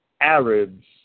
Arabs